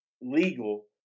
legal